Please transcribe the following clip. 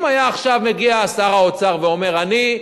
אם היה עכשיו מגיע שר האוצר ואומר: אני,